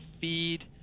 feed